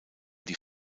die